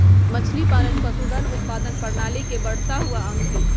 मछलीपालन पशुधन उत्पादन प्रणाली के बढ़ता हुआ अंग हई